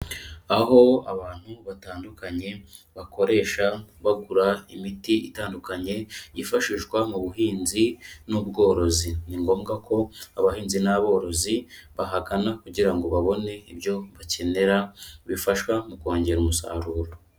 Aho abantu batandukanye bakoresha bagura imiti itandukanye yifashishwa mu buhinzi n'ubworozi. Ni ngombwa ko abahinzi n'aborozi bahagana kugira ngo babone ibyo bakenera bifasha mu kongera umusaruro.